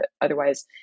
otherwise